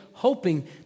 hoping